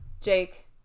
Jake